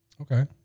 Okay